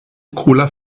cola